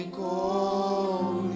call